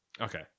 Okay